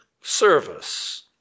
service